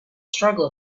struggle